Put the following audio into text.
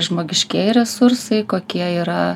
žmogiškieji resursai kokie yra